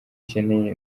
ukeneye